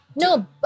No